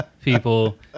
people